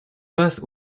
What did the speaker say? passe